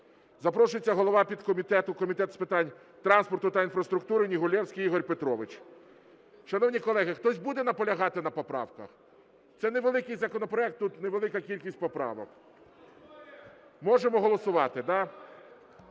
Запрошується голова підкомітету Комітету з питань транспорту та інфраструктури Негулевський Ігор Петрович. Шановні колеги, хтось буде наполягати на поправках? Це невеликий законопроект, тут невелика кількість поправок. Можемо голосувати, да?